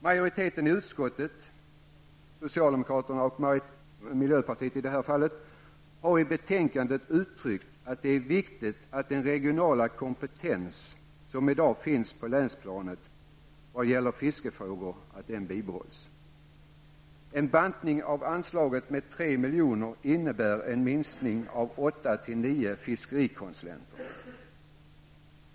Majoriteten i utskottet, dvs. socialdemokraterna och miljöpartiet i det här fallet, har i betänkandet uttryckt att det är viktigt att den regionala kompetens som i dag finns på länsplanet vad gäller fiskefrågor bibehålls. En bantning av anslaget med fiskerikonsulenter.